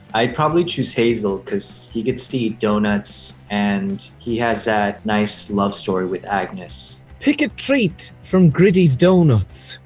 i'd probably choose hazel because he gets to eat donuts and he has that nice love story with agnes. pick a treat from griddy's doughnuts.